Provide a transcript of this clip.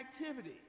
activity